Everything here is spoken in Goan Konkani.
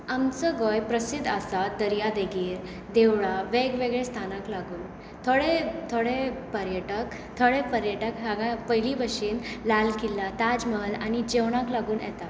आमचो गोंय प्रसिध्द आसा दर्यादेगे देवळां वेग वेगळ्या स्थानांक लागून थोडे थोडे पर्यटक थोडे पर्यटक हांगा पयली भशेन लाल किल्ला ताज महल आनी जेवणाक लागून येता